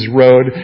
road